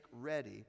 ready